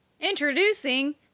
Introducing